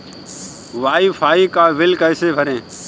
Wi fi का बिल कैसे भरें?